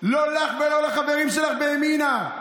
לא לך ולא לחברים שלך בימינה.